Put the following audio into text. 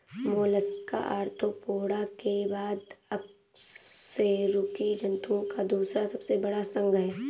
Mollusca Arthropoda के बाद अकशेरुकी जंतुओं का दूसरा सबसे बड़ा संघ है